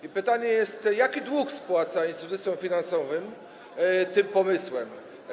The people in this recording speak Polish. I pytanie jest, jaki dług spłaca instytucjom finansowym tym pomysłem.